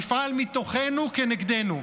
יפעל מתוכנו כנגדנו,